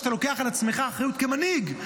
שאתה לוקח על עצמך אחריות כמנהיג,